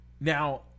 Now